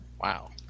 Wow